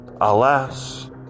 Alas